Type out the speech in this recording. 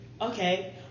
okay